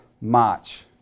March